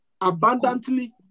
abundantly